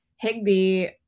Higby